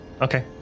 Okay